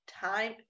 time